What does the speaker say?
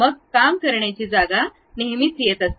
मग काम करण्याची जागा नेहमीच येत असते